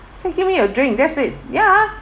just give me a drink that's it ya